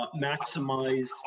maximize